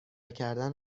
کردن